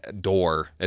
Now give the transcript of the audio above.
door